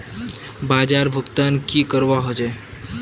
बाजार भुगतान की करवा होचे?